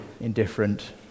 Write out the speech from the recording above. indifferent